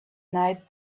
night